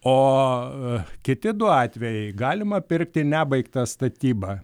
o kiti du atvejai galima pirkti nebaigtą statybą